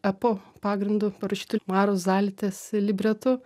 epu pagrindu parašytu maros zalitės libretu